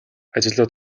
ажилдаа